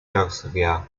yugoslavia